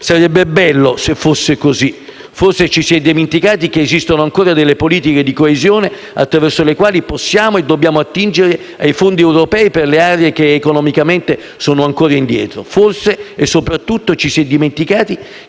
Sarebbe bello se fosse così. Forse ci si è dimenticati che esistono ancora delle politiche di coesione attraverso le quali possiamo e dobbiamo attingere ai fondi europei per le aree che economicamente sono ancora indietro. Forse, e soprattutto, ci si è dimenticati